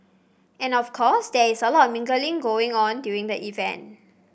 and of course there is a lot mingling going on during the event